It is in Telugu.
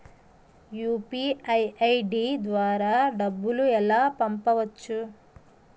యు.పి.ఐ ఐ.డి ద్వారా డబ్బులు ఎలా పంపవచ్చు?